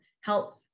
help